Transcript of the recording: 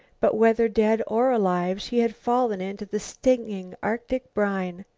but whether dead or alive she had fallen into the stinging arctic brine.